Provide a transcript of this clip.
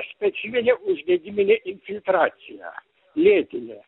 specifinė uždegiminė infiltracija lėtinė